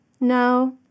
No